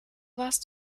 warst